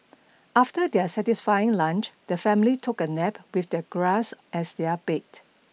after their satisfying lunch the family took a nap with the grass as their bed